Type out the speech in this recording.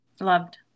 Loved